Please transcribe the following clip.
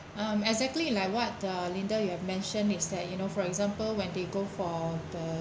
um exactly like what uh linda you've mentioned is that you know for example when they go for the